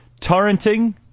Torrenting